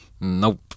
Nope